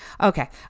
Okay